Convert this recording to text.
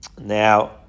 Now